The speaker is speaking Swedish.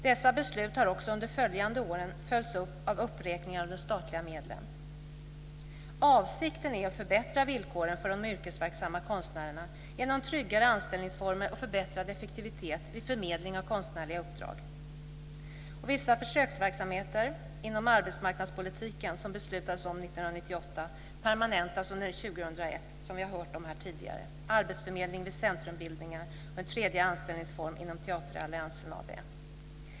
Dessa beslut har också under de följande åren följts av uppräkningar av de statliga medlen. Avsikten är att förbättra villkoren för de yrkesverksamma konstnärerna genom tryggare anställningsformer och förbättrad effektivitet vid förmedling av konstnärliga uppdrag. Vissa försöksverksamheter inom arbetsmarknadspolitiken, som det beslutades om 1998, permanentas under 2001, som vi har hört om här tidigare. Det gäller arbetsförmedling vid centrumbildningar och en tredje anställningsform inom Teateralliansen AB.